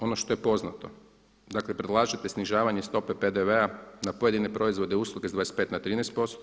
Ono što je poznato, dakle predlažete snižavanje stope PDV-a na pojedine proizvode i usluge s 25 na 13%